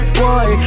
boy